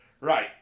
Right